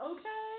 Okay